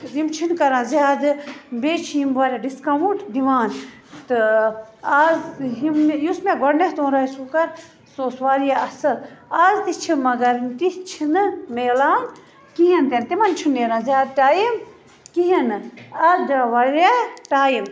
یِم چھِنہٕ کَران زیادٕ بیٚیہِ چھِ یِم واریاہ ڈِسکاوُنٛٹ دِوان تہٕ آز یِم مےٚ یُس مےٚ گۄڈنٮ۪تھ اوٚن رایِس کُکر سُہ اوس واریاہ اَصٕل آز تہِ چھِ مگر تِتھۍ چھِنہٕ میلان کِہیٖنۍ تہِ نہٕ تِمَن چھُنہٕ نیران زیادٕ ٹایم کِہیٖنۍ نہٕ اَتھ درٛاو واریاہ ٹایم